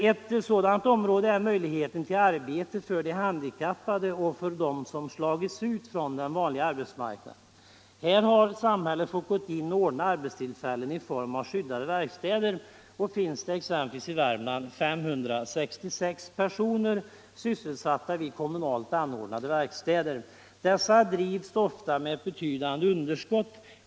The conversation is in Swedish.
Ett sådant problem gäller möjligheten till arbete för de handikappade och för dem som slagits ut från den vanliga arbetsmarknaden. Fär har samhället fått gå in och ordna arbetstillfällen i form av skyddade verkstäder, och det finns exempelvis i Värmland 566 personer som är sysselsatta vid kommunalt anordnade skyddade verkstäder. Dessa verkstäder drivs ofta med betydande underskott.